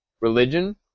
religion